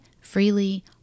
freely